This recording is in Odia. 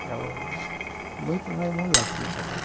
ଆଉ ବହି ପଢ଼ବାର୍ କେ ଭଲ୍ ଲାଗସି ସେଟା